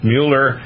Mueller